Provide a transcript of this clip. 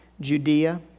Judea